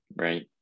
right